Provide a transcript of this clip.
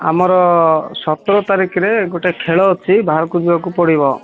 ଆମର ସତର ତାରିଖରେ ଗୋଟେ ଖେଳ ଅଛି ବାହାରକୁ ଯିବାକୁ ପଡ଼ିବ